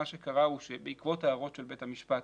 מה שקרה הוא שבעקבות ההערות של בית המשפט